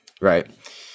right